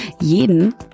jeden